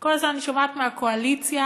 אני שומעת מהקואליציה: